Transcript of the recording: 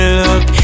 look